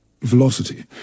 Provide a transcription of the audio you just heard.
velocity